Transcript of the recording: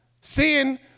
Sin